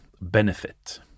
benefit